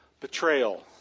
betrayal